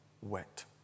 wet